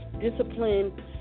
discipline